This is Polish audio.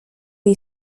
jej